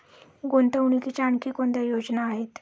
गुंतवणुकीच्या आणखी कोणत्या योजना आहेत?